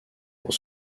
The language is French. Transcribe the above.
pour